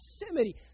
proximity